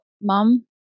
mom